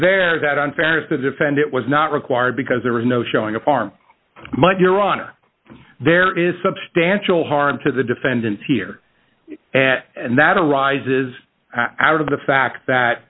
very that unfair as to defend it was not required because there was no showing a farm much your honor there is substantial harm to the defendant here and that arises out of the fact that